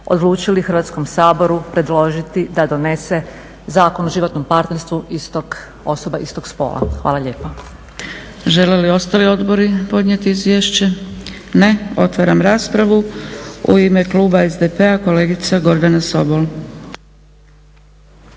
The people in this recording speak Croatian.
odlučili Hrvatskom saboru predložiti da donese Zakon o životnom partnerstvu osoba istog spola. Hvala lijepa. **Zgrebec, Dragica (SDP)** Žele li ostali odbori podnijeti izvješće? Ne. Otvaram raspravu. U ime kluba SDP-a, kolegica Gordana Sobol.